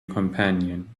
companion